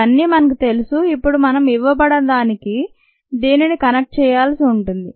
ఇవన్నీ మనకు తెలుసు ఇప్పుడు మనం ఇవ్వబడ్డదానికి దేనిని కనెక్ట్ చేయాల్సి ఉంటుంది